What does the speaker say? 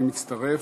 אני מצטרף.